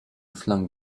flung